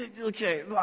Okay